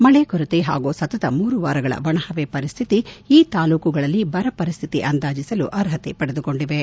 ಮಳೆ ಕೊರತೆ ಹಾಗೂ ಸತತ ಮೂರು ವಾರಗಳ ಒಣಹವೆ ಪರಿಸ್ಥಿತಿ ಈ ತಾಲ್ಲೂಕುಗಳಲ್ಲಿ ಬರ ಪರಿಸ್ಥಿತಿ ಅಂದಾಜಿಸಲು ಅರ್ಹತೆ ಪಡೆದುಕೊಂಡಿವೆ